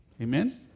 Amen